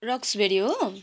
रक्सबेरी हो